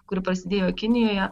kuri prasidėjo kinijoje